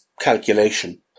calculation